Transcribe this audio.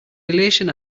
elation